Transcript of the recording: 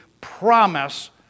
promise